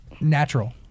natural